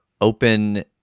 open